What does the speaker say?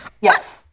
Yes